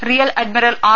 real admiral R